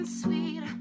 sweet